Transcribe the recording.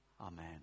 Amen